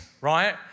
right